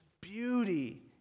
beauty